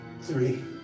Three